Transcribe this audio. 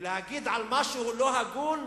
להגיד על משהו לא הגון,